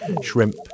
shrimp